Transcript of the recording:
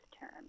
term